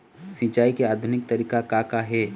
सिचाई के आधुनिक तरीका का का हे?